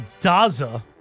Daza